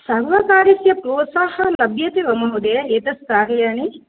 सर्वकारस्य प्रोत्साहः लभ्यते वा महोदय एतत् कार्याणि